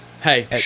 hey